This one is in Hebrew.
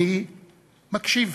אני מקשיב.